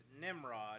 Nimrod